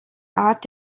art